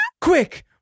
Quick